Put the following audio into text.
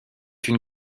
une